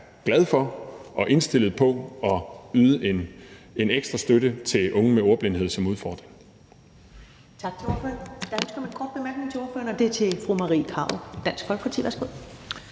glade for og indstillet på at yde en ekstra støtte til unge med ordblindhed som udfordring.